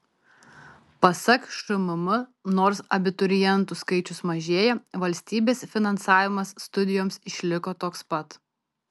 pasak šmm nors abiturientų skaičius mažėja valstybės finansavimas studijoms išliko toks pat